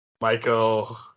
Michael